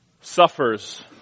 suffers